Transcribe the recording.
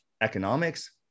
economics